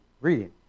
reading